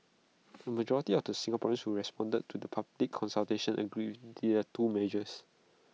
A majority of the Singaporeans who responded to the public consultation agreed the two measures